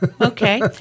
okay